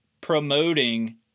promoting